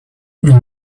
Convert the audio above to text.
helped